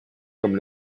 comme